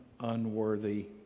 unworthy